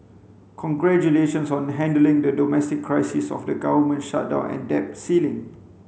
congratulations on handling the domestic crisis of the government shutdown and debt ceiling